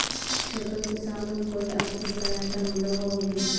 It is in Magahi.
छोटो किसानोक कोई आर्थिक सहायता मिलोहो होबे?